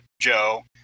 Joe